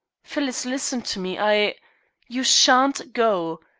phyllis, listen to me. i you shan't go.